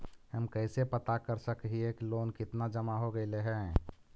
हम कैसे पता कर सक हिय की लोन कितना जमा हो गइले हैं?